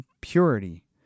purity